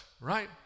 right